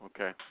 Okay